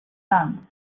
sons